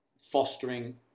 fostering